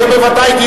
רבותי,